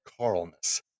Carlness